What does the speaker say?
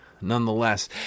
nonetheless